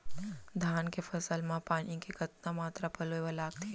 धान के फसल म पानी के कतना मात्रा पलोय बर लागथे?